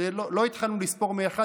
כי לא התחלנו לספור מ-1,